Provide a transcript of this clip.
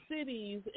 cities